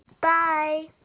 Bye